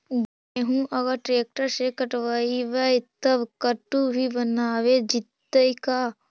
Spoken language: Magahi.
गेहूं अगर ट्रैक्टर से कटबइबै तब कटु भी बनाबे जितै का?